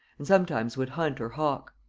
and sometimes would hunt or hawk.